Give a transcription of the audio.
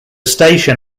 station